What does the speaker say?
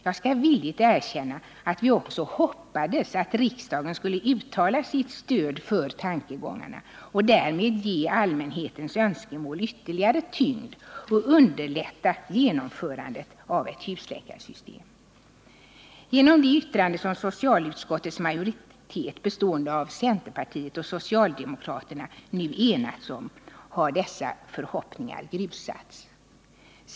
Jag skall villigt erkänna att vi också hoppades att riksdagen skulle uttala sitt stöd för tankegångarna och därmed ge allmänhetens önskemål ytterligare tyngd och underlätta genomförandet av ett husläkarsystem. Genom det yttrande som socialutskottets majoritet, bestående av centerpartiet och socialdemokraterna, nu enats om har dessa förhoppningar grusats.